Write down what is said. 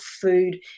food